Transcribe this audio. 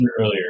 earlier